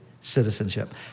citizenship